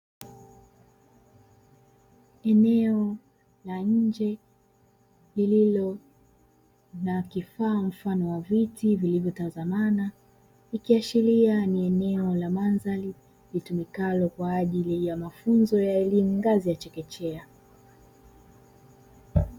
Eneo la nje lililo na kifaa mfano wa viti vilivyotazamana, ikiashiria ni eneo la mandhari litumikalo kwaajili ya mafunzo ya elimu ngazi ya chekechea.